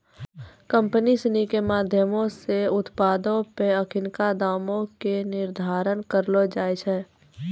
company सिनी के माधयमो से उत्पादो पे अखिनका दामो के निर्धारण करलो जाय छै